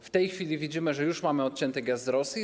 W tej chwili widzimy, że już mamy odcięty gaz z Rosji.